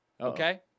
Okay